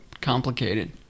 complicated